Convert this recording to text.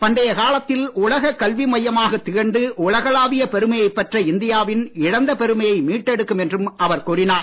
பண்டைய காலத்தில் உலகக் கல்வி மையமாகத் திகழ்ந்து உலகளாவிய பெருமையைப் பெற்ற இந்தியாவின் இழந்த பெருமையை மீட்டெடுக்கும் என்றும் அவர் கூறினார்